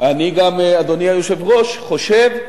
אני גם, אדוני היושב-ראש, חושב,